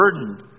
burden